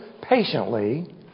patiently